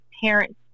parents